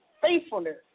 faithfulness